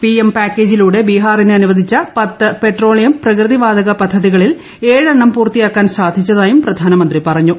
PM പാക്കേജിലൂടെ ബീഹാറിന്റ് അന്ുവദിച്ച പത്ത് പെട്രോളിയം പ്രകൃതി വാതക പദ്ധതിക്ളിൽ ഏഴെണ്ണം പൂർത്തിയാക്കാൻ സാധിച്ചതായും പ്രധാനമഞ്ഞു